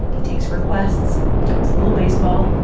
he takes requests. he talks a little baseball